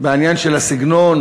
בעניין של הסגנון,